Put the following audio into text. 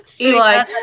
Eli